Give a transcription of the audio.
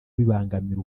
bibangamira